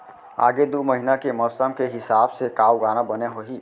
आगे दू महीना के मौसम के हिसाब से का उगाना बने होही?